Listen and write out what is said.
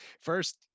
First